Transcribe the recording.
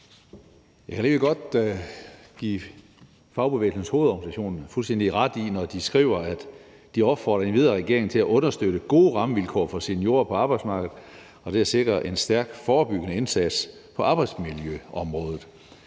Jeg kan godt give Fagbevægelsens Hovedorganisation fuldstændig ret, når de skriver, at de opfordrer endvidere regeringen til at understøtte gode rammevilkår for seniorer på arbejdsmarkedet og at sikre en stærk, forebyggende indsats på arbejdsmiljøområdet.